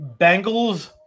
Bengals